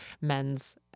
men's